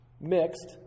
mixed